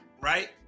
right